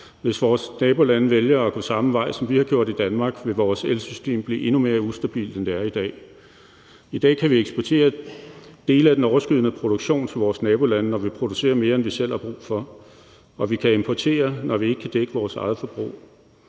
Hvis vores nabolande vælger at gå samme vej, som vi har gjort i Danmark, vil vores elsystem blive endnu mere ustabilt, end det er i dag. I dag kan vi eksportere dele af den overskydende produktion til vores nabolande, når vi producerer mere, end vi selv har brug for, og vi kan importere, når vi ikke kan dække vores eget forbrug.